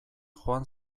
joan